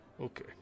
Okay